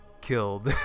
killed